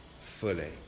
fully